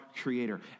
creator